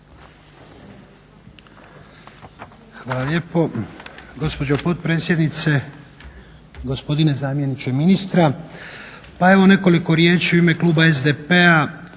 Hvala lijepo. Gospođo potpredsjednice, gospodine zamjeniče ministra. Pa evo nekoliko riječi u ime kluba SDP-a